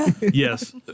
Yes